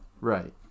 Right